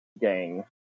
gang